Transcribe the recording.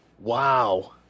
Wow